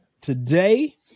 today